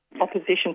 Opposition